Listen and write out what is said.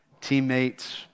teammates